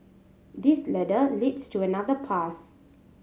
this ladder leads to another path